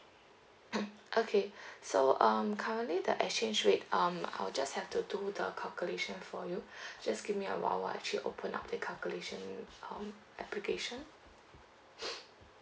okay so um currently the exchange rate um I'll just have to do the calculation for you just give me a while I'll actually open up the calculation um application